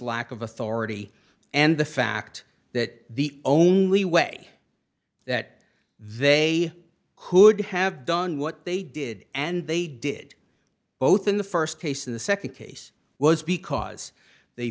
lack of authority and the fact that the only way that they could have done what they did and they did both in the st case in the nd case was because they